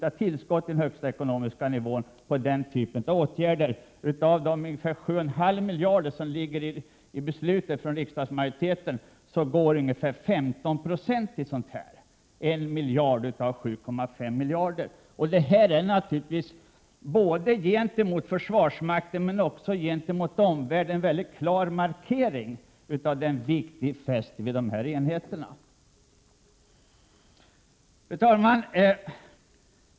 Av tillskottet på sin högsta ekonomiska nivå föreslog han ungefär 1 96 till den här typen av åtgärder. Av det tillskott riksdagen givit försvaret går ungefär 15 96 till sådana här åtgärder — en miljard av 7,5 miljarder. Detta är naturligtvis både gentemot försvarsmakten och gentemot omvärlden en mycket klar markering av vilken vikt vi fäster vid dessa åtgärder. Fru talman!